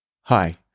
Hi